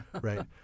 right